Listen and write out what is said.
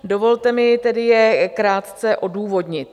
Dovolte mi tedy je krátce odůvodnit.